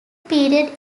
period